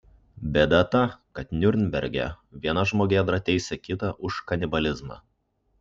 bėda ta kad niurnberge vienas žmogėdra teisė kitą už kanibalizmą